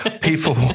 people